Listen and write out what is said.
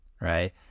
Right